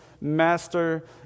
master